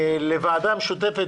לוועדה משותפת